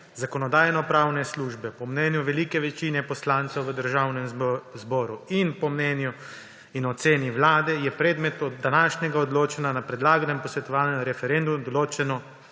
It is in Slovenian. Zakonodajno-pravne službe, po mnenju velike večine poslancev v Državnem zboru in po mnenju in oceni Vlade je predmet današnjega odločanja na predlaganem posvetovalnem referendumu določen